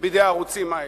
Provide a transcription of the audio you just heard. בידי הערוצים האלה,